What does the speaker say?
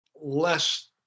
less